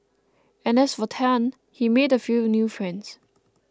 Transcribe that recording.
and as for Tan he made a few new friends